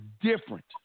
different